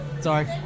sorry